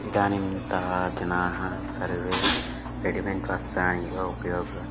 इदानींतन जनाः सर्वे रेडिमेण्ट् वस्त्राणि एव उपयोगं